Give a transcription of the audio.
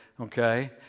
Okay